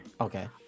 Okay